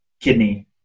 kidney